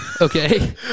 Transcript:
Okay